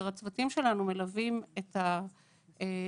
כשהצוותים שלנו מלווים את המטופלים,